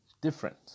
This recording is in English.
different